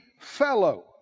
fellow